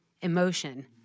emotion